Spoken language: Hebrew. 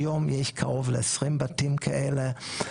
היום יש קרוב ל-20 בתים כאלה.